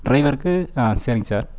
டிரைவருக்கு ஆ சரிங்க சார்